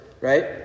right